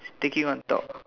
sticking on top